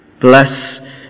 Bless